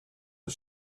the